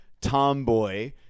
tomboy